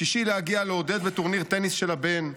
בשישי להגיע לעודד בטורניר הטניס של הבן,